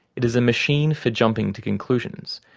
it is a machine for jumping to conclusions.